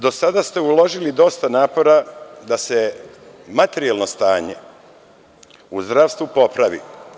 Do sada ste uložili dosta napora da se materijalno stanje u zdravstvu popravi.